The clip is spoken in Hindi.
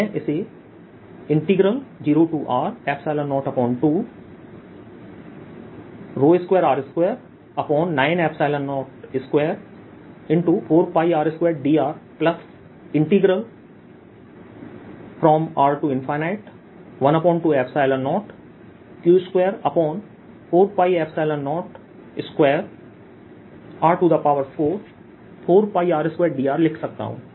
तो मैं इसे 0R022r29024πr2drR120Q24π02r44πr2drलिख सकता हूं